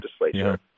legislature